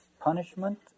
punishment